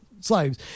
slaves